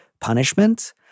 punishment